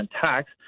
tax